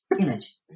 Image